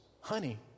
honey